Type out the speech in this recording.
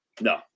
No